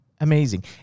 Amazing